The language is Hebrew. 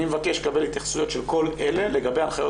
אני מבקש לקבל התייחסויות של כל אלה לגבי הנחיות